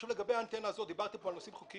לגבי האנטנה הזאת דיברתם פה על נושאים בחוק.